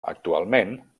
actualment